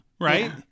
right